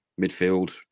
midfield